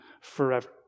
forever